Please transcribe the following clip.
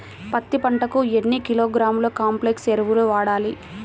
పత్తి పంటకు ఎన్ని కిలోగ్రాముల కాంప్లెక్స్ ఎరువులు వాడాలి?